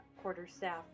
quarterstaff